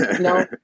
no